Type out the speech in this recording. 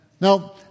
Now